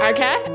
Okay